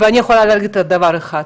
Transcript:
אני יכולה להגיד עוד דבר אחד,